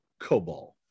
COBOL